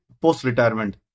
post-retirement